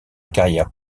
carrière